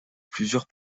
plusieurs